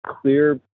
clear